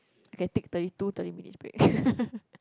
I can take thirty two thirty minutes break